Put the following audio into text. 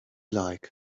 like